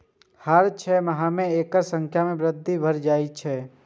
हर छह महीना मे एकर संख्या मे वृद्धि भए जाए छै